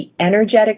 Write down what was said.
energetic